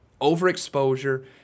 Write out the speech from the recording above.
Overexposure